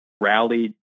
rallied